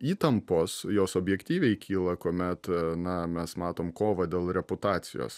įtampos jos objektyviai kyla kuomet na mes matom kovą dėl reputacijos